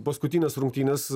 paskutinės rungtynės